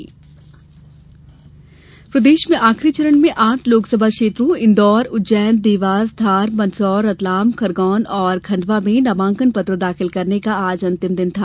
नामांकन प्रदेश में आखरी चरण में आठ लोकसभा क्षेत्रों इन्दौर उज्जैन देवास धार मंदसौर रतलाम खरगोन और खंडवा में नामांकन पत्र दाखिल करने का आज अंतिम दिन था